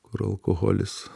kur alkoholis